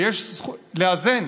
ויש לאזן